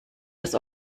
das